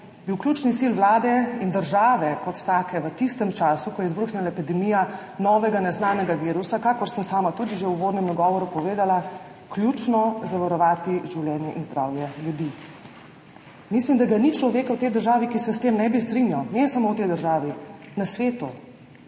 bil ključni cilj Vlade in države kot take v tistem času, ko je izbruhnila epidemija novega, neznanega virusa, kakor sem sama tudi že v uvodnem nagovoru povedala, zavarovati življenje in zdravje ljudi. Mislim, da ga ni človeka v tej državi, ki se s tem ne bi strinjal, ne samo v tej državi, na svetu.